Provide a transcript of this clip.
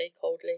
coldly